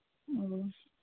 ꯑꯣ